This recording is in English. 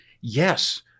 yes